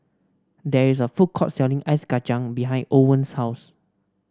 there is a food court selling Ice Kachang behind Owen's house